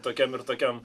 tokiam ir tokiam